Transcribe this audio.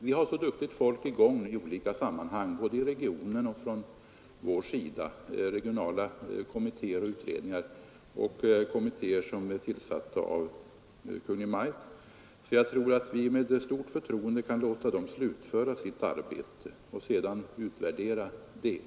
Vi har så duktigt folk i gång i olika sammanhang, både i regionala kommittéer och i kommittéer som är tillsatta av Kungl. Maj:t, att jag tror att vi med stort förtroende kan låta dem slutföra sitt arbete och sedan utvärdera detta.